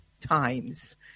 times